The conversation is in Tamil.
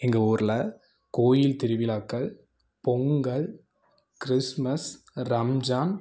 எங்கள் ஊரில் கோயில் திருவிழாக்கள் பொங்கல் கிறிஸ்மஸ் ரம்ஜான்